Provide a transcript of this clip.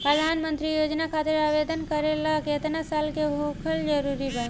प्रधानमंत्री योजना खातिर आवेदन करे ला केतना साल क होखल जरूरी बा?